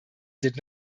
did